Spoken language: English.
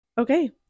Okay